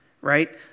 right